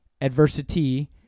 adversity